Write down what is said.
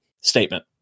statement